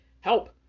help